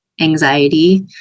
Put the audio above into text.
anxiety